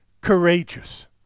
courageous